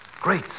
Great